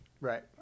Right